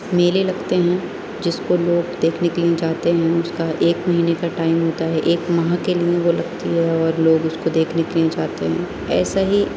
میلے لگتے ہیں جس کو لوگ دیکھنے کے لیے جاتے ہیں اس کا ایک مہینے کا ٹائم ہوتا ہے ایک ماہ کے لیے وہ لگتی ہے اور لوگ اس کو دیکھنے کے لیے جاتے ہیں ایسا ہی